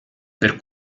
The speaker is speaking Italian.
per